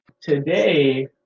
today